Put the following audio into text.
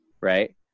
right